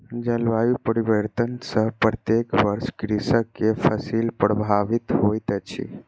जलवायु परिवर्तन सॅ प्रत्येक वर्ष कृषक के फसिल प्रभावित होइत अछि